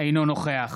אינו נוכח